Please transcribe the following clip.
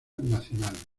nacional